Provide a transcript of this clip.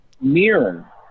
mirror